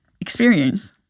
experience